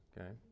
okay